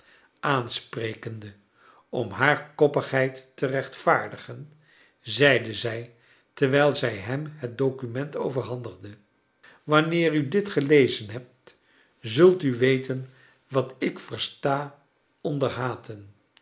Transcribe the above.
aansprekende om haar koppigheid te rechtvaardigen zeide zij terwijl zij hem het document overhandigde wanneer u dit gelezen hebt zult u weten wat ik versta onder haten